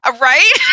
Right